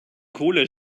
kohle